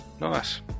nice